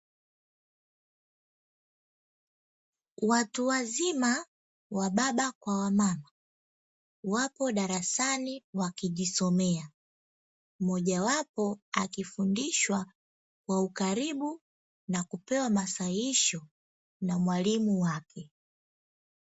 Watu wazima wababa kwa wamama wapo darasani wakijisomea mmoja wapo akifundishwa kwa ukaribu na kupewa masahihisho na mwalimu wake.